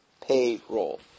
Payroll